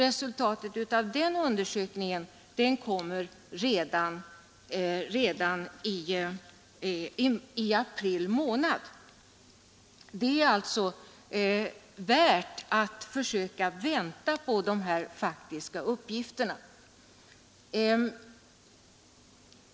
Resultatet av den undersökningen kommer att presenteras redan i april månad. Det är därför skäl i att vänta på dessa faktiska uppgifter.